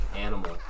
animal